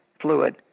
fluid